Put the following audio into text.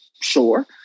sure